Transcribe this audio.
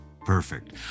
Perfect